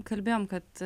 kalbėjom kad